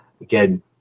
again